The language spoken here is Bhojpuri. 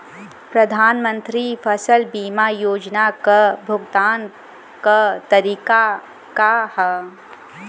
प्रधानमंत्री फसल बीमा योजना क भुगतान क तरीकाका ह?